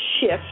shift